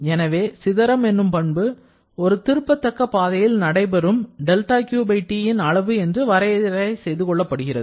எனவே சிதறம் என்னும் பண்பு ஒரு திருப்பத்தக்க பாதையில் நடைபெறும் 'δQT'ன் அளவு என்று வரையறை செய்து கொள்ளப்படுகிறது